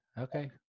okay